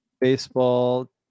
Baseball